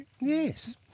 Yes